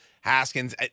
Haskins